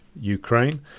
Ukraine